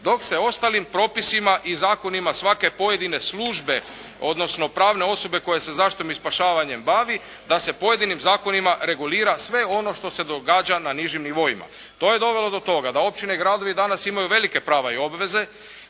dok se ostalim propisima i zakonima svake pojedine službe, odnosno pravne osobe koje se zaštitom i spašavanjem bavi da se pojedinim zakonima regulira sve ono što se događa na nižim nivoima. To je dovelo do toga da općine i gradovi danas imaju velike prava i obveze,